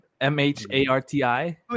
M-H-A-R-T-I